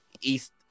East